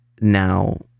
Now